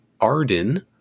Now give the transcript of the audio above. Arden